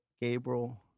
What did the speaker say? Gabriel